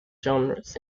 genres